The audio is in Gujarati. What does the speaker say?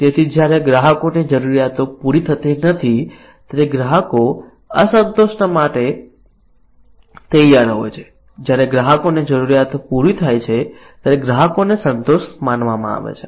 તેથી જ્યારે ગ્રાહકોની જરૂરિયાતો પૂરી થતી નથી ત્યારે ગ્રાહકો અસંતોષ માટે તૈયાર હોય છે જ્યારે ગ્રાહકોની જરૂરિયાતો પૂરી થાય છે ત્યારે ગ્રાહકોને સંતોષ માનવામાં આવે છે